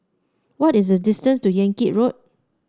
what is the distance to Yan Kit Road